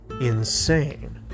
insane